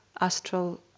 astral